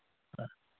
ஆ